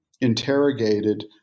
interrogated